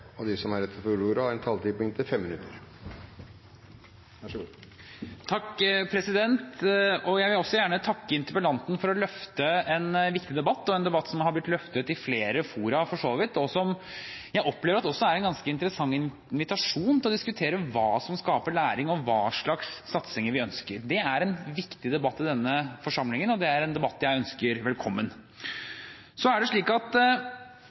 hvis de vil. Jeg vil også gjerne takke interpellanten for å løfte en viktig debatt, en debatt som for så vidt har blitt løftet i flere fora, og som jeg opplever også er en ganske interessant invitasjon til å diskutere hva som skaper læring, og hva slags satsinger vi ønsker. Det er en viktig debatt i denne forsamlingen, og det er en debatt jeg ønsker velkommen. Så vet vi ut fra forskning, som interpellanten også selv viser til, at